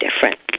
different